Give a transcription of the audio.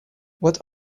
what